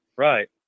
Right